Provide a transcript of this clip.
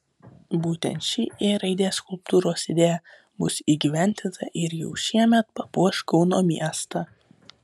būtent ši ė raidės skulptūros idėja bus įgyvendinta ir jau šiemet papuoš kauno miestą